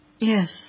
Yes